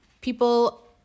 people